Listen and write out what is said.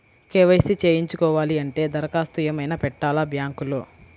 KYC చేయించుకోవాలి అంటే దరఖాస్తు ఏమయినా పెట్టాలా బ్యాంకులో?